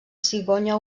cigonya